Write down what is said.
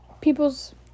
people's